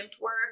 work